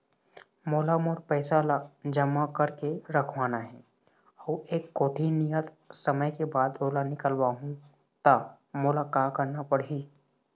मोला मोर पैसा ला जमा करके रखवाना हे अऊ एक कोठी नियत समय के बाद ओला निकलवा हु ता मोला का करना पड़ही?